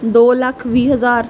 ਦੋ ਲੱਖ ਵੀਹ ਹਜ਼ਾਰ